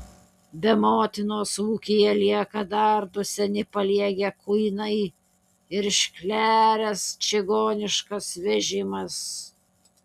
be motinos ūkyje lieka dar du seni paliegę kuinai ir iškleręs čigoniškas vežimas